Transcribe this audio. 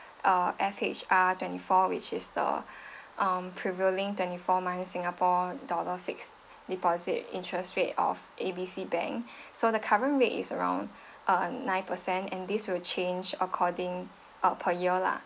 uh F_H_R twenty four which is the um prevailing twenty four month singapore dollar fixed deposit interest rate of A B C bank so the current rate is around uh nine percent and this will change according uh per year lah